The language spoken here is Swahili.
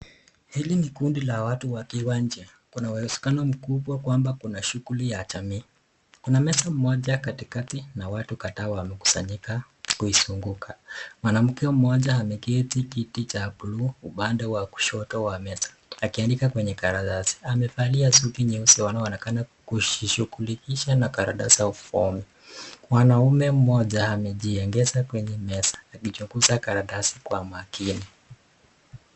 Hili ni kundi la watu wakiwa nje, Kuna uwezekano mkubwa kuna shughuli ya jamii. Kuna meza moja katikati na watu kadhaa wamekusanyika kuizunguka. Mwanamke mmoja ameketi kiti cha buluu upande wa kushoto wa meza akiandika kwenye karatasi. Amevalia suti nyeusi wanaonekana kujishughulikisha na karatasi au fomu. Mwanaume mmoja amejiegeza kwenye meza akichunguza karatasi kwa makini.